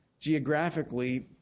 geographically